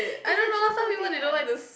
is a childhood thing what